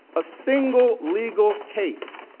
a single legal case